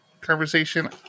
conversation